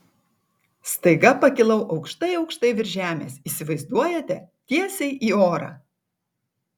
staiga pakilau aukštai aukštai virš žemės įsivaizduojate tiesiai į orą